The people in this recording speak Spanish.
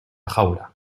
jaula